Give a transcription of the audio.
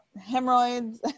hemorrhoids